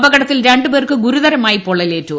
അപകടത്തിൽ രണ്ട് പേർക്ക് ഗുരുതരമായി പൊള്ളലേറ്റു